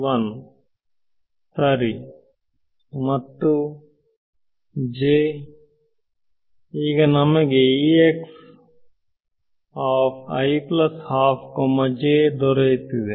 ವಿದ್ಯಾರ್ಥಿj ಈಗ ನಮಗೆ ದೊರೆಯುತ್ತಿದೆ